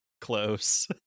close